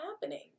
happening